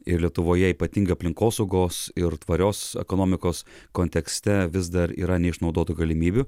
ir lietuvoje ypatingai aplinkosaugos ir tvarios ekonomikos kontekste vis dar yra neišnaudotų galimybių